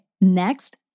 next